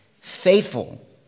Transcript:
Faithful